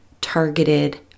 targeted